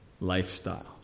lifestyle